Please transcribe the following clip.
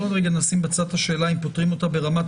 שנשים רגע בצד את השאלה אם פוטרים אותם ברמת